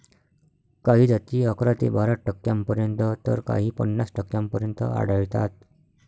काही जाती अकरा ते बारा टक्क्यांपर्यंत तर काही पन्नास टक्क्यांपर्यंत आढळतात